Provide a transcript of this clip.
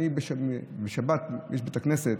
בשבת בבית הכנסת